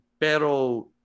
Pero